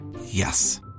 Yes